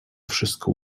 wszystko